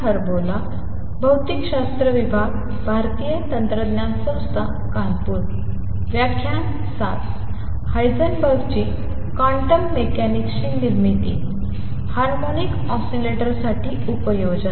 हायझेनबर्गची quantum मेकॅनिक्सची निर्मिती harmonic ऑसीलेटरसाठी उपयोजन